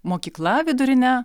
mokykla vidurine